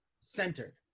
centered